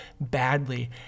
badly